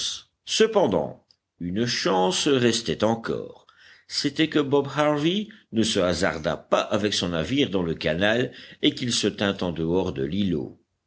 cependant une chance restait encore c'était que bob harvey ne se hasardât pas avec son navire dans le canal et qu'il se tînt en dehors de l'îlot